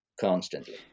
constantly